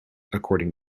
according